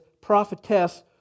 prophetess